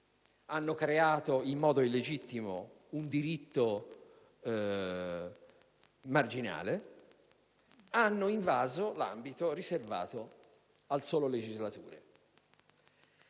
hanno creato in modo illegittimo un diritto marginale e hanno invaso l'ambito riservato al solo legislatore.